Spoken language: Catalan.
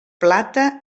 plata